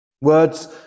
Words